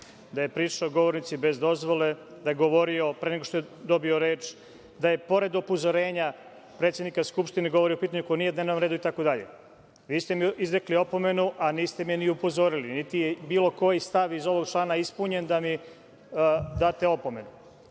da je prišao govornici bez dozvole, da je govorio pre nego što je dobio reč, da je pored upozorenja predsednika Skupštine govorio o pitanju koje nije na dnevnom redu itd. Vi ste mi izrekli opomenu, a niste me ni upozorili, niti bilo koji stav iz ovog člana je ispunjen da mi date opomenu,